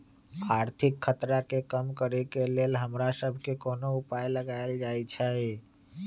आर्थिक खतरा के कम करेके लेल हमरा सभके कोनो उपाय लगाएल जाइ छै